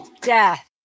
Death